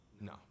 no